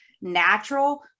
natural